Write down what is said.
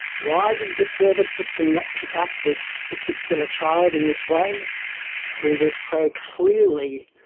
why did the service system not pick up this particular child in this way who was so clearly